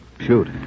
Shoot